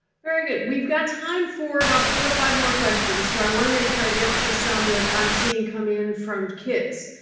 very good. we've got time for about four or five more questions. so i wanna make sure i get to some that i'm seeing come in from kids.